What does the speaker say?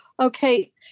Okay